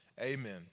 Amen